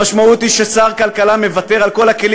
המשמעות היא ששר כלכלה מוותר על כל הכלים